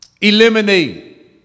Eliminate